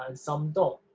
and some don't.